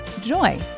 joy